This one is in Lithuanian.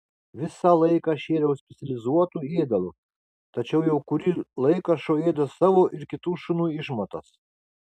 visą laiką šėriau specializuotu ėdalu tačiau jau kurį laiką šuo ėda savo ir kitų šunų išmatas